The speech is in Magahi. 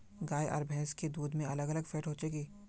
गाय आर भैंस के दूध में अलग अलग फेट होचे की?